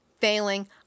failing